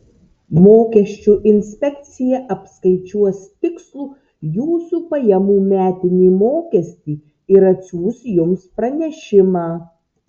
mokesčių inspekcija apskaičiuos tikslų jūsų pajamų metinį mokestį ir atsiųs jums pranešimą